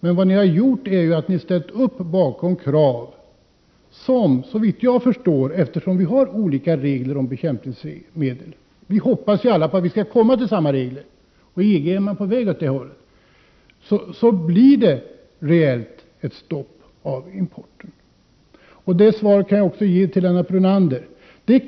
Men ni ställer upp för krav som, såvitt jag förstår, reellt innebär ett stopp för import, eftersom vi har olika regler för användning av bekämpningsmedel. Vi hoppas att vi skall kunna komma fram till samma regler, och inom EG är man på väg åt det hållet. Men som förhållandena nu är innebär ert förslag ett stopp för import. Samma svar kan jag ge till Lennart Brunander.